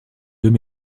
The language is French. deux